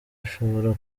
ashobora